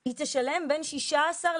היא תשלם בין שישה עשרה,